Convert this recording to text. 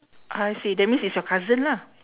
I see that means it's your cousin lah